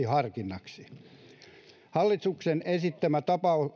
harkinnaksi hallituksen esittämä